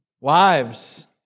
Wives